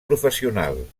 professional